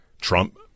Trump